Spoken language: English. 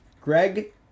Greg